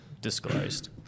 disclosed